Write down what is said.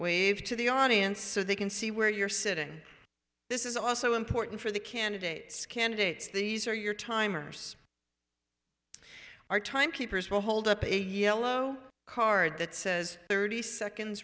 wave to the audience so they can see where you're sitting this is also important for the candidates candidates these are your timers our time keepers will hold up a yellow card that says thirty seconds